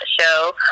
show